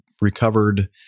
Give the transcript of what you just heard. recovered